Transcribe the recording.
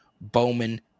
Bowman